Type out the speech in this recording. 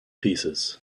pieces